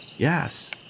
Yes